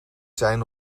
zijn